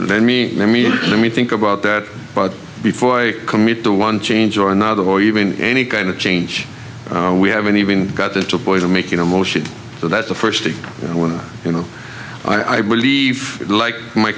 let me let me let me think about that but before i commit to one change or another or even any kind of change we haven't even got the two boys are making a motion so that's the first one you know i believe like my